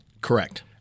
Correct